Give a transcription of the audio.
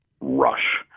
rush